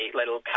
little